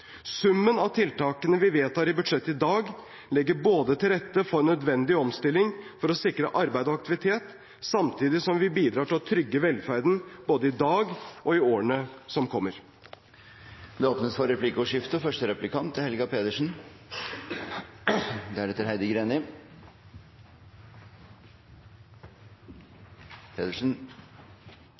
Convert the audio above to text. Summen av tiltakene vi vedtar i budsjettet i dag, legger til rette for nødvendig omstilling for å sikre arbeid og aktivitet, samtidig som vi bidrar til å trygge velferden både i dag og i årene som kommer. Det blir replikkordskifte. Hvis det er sånn at statsråden er